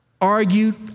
argued